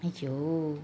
!aiyo!